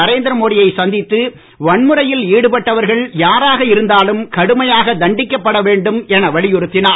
நரேந்திர மோடியை சந்தித்து வன்முறையில் ஈடுபட்டவர்கள் யாராக இருந்தாலும் கடுமையாக தண்டிக்கப்பட வேண்டும் என வலியுறுத்தினார்